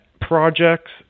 projects